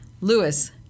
Lewis